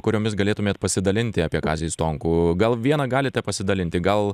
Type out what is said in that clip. kuriomis galėtumėt pasidalinti apie kazį stonkų gal viena galite pasidalinti gal